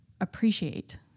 appreciate